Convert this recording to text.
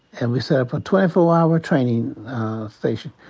and we set up a twenty four hour training station.